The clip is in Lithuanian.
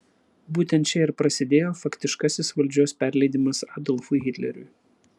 būtent čia ir prasidėjo faktiškasis valdžios perleidimas adolfui hitleriui